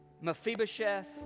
Mephibosheth